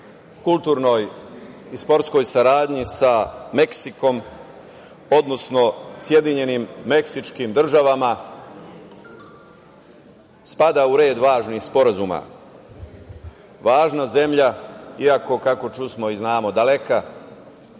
kulturnoj i sportskoj saradnji sa Meksikom, odnosno Sjedinjenim Meksičkim Državama spada u red važnih sporazuma. Važna zemlja, iako kako čusmo i znamo, daleka,